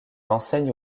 enseigne